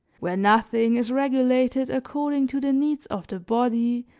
where nothing is regulated according to the needs of the body,